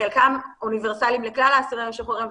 שחלקם אוניברסליים לכלל האסירים המשוחררים,